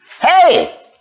Hey